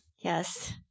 Yes